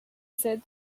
said